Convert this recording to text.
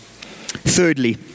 Thirdly